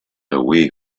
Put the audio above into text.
away